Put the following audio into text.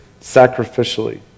sacrificially